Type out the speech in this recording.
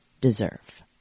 Deserve